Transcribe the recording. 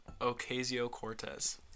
Ocasio-Cortez